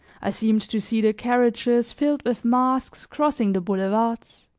i seemed to see the carriages filled with masks crossing the boulevards.